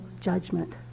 judgment